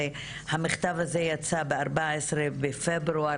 אז המכתב הזה יצא בארבעה עשר בפברואר